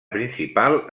principal